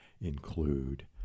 include